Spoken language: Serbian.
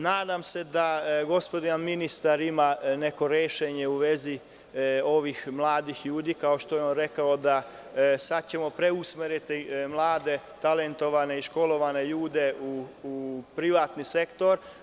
Nadam se da gospodin ministar ima neko rešenje u vezi ovih mladih ljudi, kao što je on rekao, da ćemo sada preusmeriti mlade, talentovane i školovane ljude u privatni sektor.